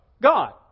God